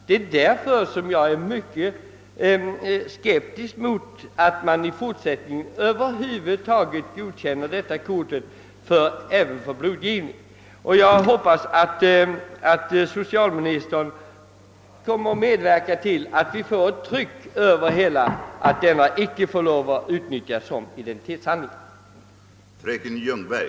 Det är mot denna bakgrund som jag är skeptisk mot att detta kort skall godkännas ens vid blodgivning. Jag hoppas att socialministern kommer att medverka till att kortet förses med tryck om att det inte får utnyttjas som identitetshandling.